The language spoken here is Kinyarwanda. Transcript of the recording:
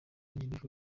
nkiriho